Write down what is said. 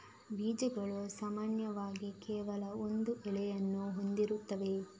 ಬೀಜಗಳು ಸಾಮಾನ್ಯವಾಗಿ ಕೇವಲ ಒಂದು ಎಲೆಯನ್ನು ಹೊಂದಿರುತ್ತವೆ